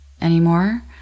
anymore